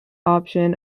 option